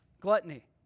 gluttony